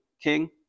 king